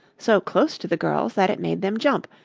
so close to the girls that it made them jump,